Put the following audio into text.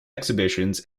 exhibitions